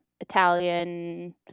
Italian